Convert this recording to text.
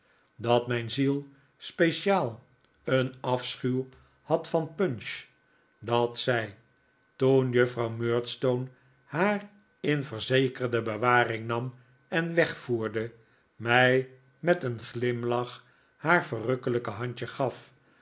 dat mijn ziel speciaal een afschuw had van punch dat zij toen juffrouw murdstone haar in verzekerde bewarinp nam en wegvoerde mij met een glimlach haar verrukkelijke handje gaf